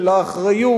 של האחריות,